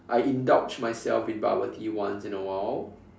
I indulge myself in bubble tea once in a while